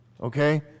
okay